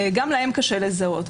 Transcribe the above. גם להם קשה לזהות.